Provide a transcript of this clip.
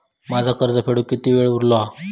माझा कर्ज फेडुक किती वेळ उरलो हा?